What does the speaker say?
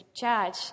judge